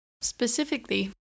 Specifically